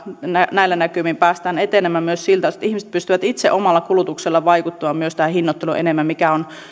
näillä näkymin päästään etenemään myös siltä osin että ihmiset pystyvät itse omalla kulutuksellaan vaikuttamaan myös tähän hinnoitteluun enemmän